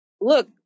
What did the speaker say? look